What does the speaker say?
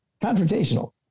Confrontational